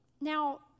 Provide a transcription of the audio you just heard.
now